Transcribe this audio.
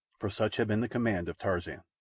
for such had been the command of tarzan.